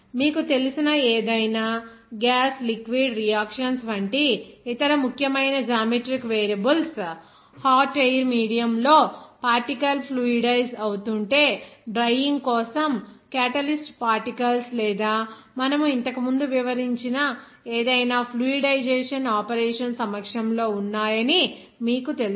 మీకు తెలిసిన ఏదైనా గ్యాస్ లిక్విడ్ రియాక్షన్స్ వంటి ఇతర ముఖ్యమైన geometric variables hot air medium లో పార్టికల్స్ ఫ్లూయిడైజ్ అవుతుంటే డ్రైయ్యింగ్ కోసం క్యాటలిస్ట్ పార్టికల్స్ లేదా మనము ఇంతకు ముందు వివరించిన ఏదైనా ఫ్లూయిడైజషన్ ఆపరేషన్ సమక్షంలో ఉన్నాయని మీకు తెలుసు